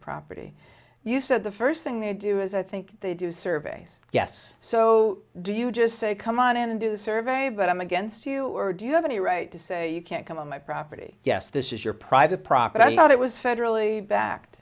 property you said the first thing they do is i think they do surveys yes so do you just say come on and do the survey but i'm against you or do you have any right to say you can't come on my property yes this is your private property i thought it was federally bac